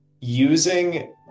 Using